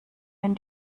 wenn